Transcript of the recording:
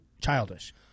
childish